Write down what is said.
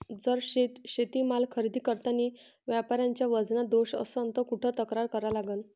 जर शेतीमाल खरेदी करतांनी व्यापाऱ्याच्या वजनात दोष असन त कुठ तक्रार करा लागन?